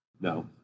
No